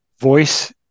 voice